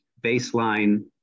baseline